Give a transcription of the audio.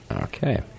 Okay